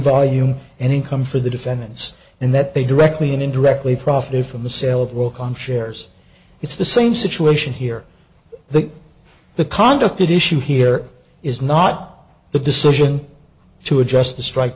volume and income for the defendants and that they directly and indirectly profited from the sale of welcome shares it's the same situation here the the conduct issue here is not the decision to adjust the strike